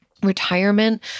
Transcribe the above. Retirement